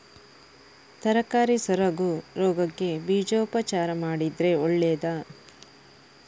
ತರಕಾರಿ ಸೊರಗು ರೋಗಕ್ಕೆ ಬೀಜೋಪಚಾರ ಮಾಡಿದ್ರೆ ಒಳ್ಳೆದಾ?